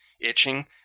itching